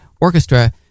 orchestra